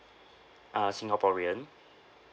uh singaporean